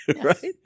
right